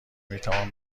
میتوان